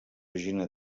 origina